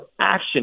action